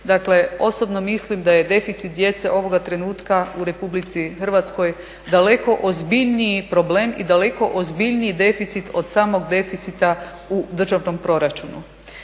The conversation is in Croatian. Dakle, osobno mislim da je deficit djece ovoga trenutka u Republici Hrvatskoj daleko ozbiljniji problem i daleko ozbiljniji deficit od samog deficita u državnom proračunu.